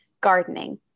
Gardening